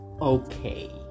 Okay